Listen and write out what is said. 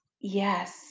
Yes